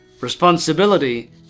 Responsibility